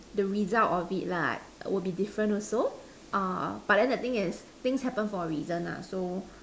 the result of it lah would be different also uh but then the thing is things happen for a reason lah so